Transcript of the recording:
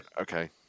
okay